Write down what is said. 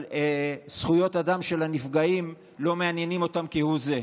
אבל זכויות האדם של הנפגעים אינן מעניינות אותם כהוא זה.